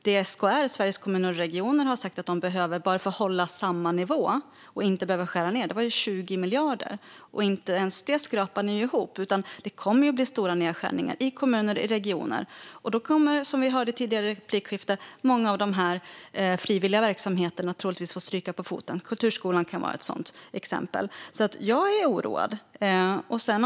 Det SKR, Sveriges Kommuner och Regioner, har sagt att de behöver bara för att hålla samma nivå och inte behöva skära ned var ju 20 miljarder. Inte ens det skrapar ni ihop, Roland Utbult, utan det kommer ju att bli stora nedskärningar i kommuner och regioner. Då kommer, som vi hörde i tidigare replikskifte, många av de frivilliga verksamheterna troligtvis att få stryka på foten. Kulturskolan kan vara ett sådant exempel. Jag är alltså oroad.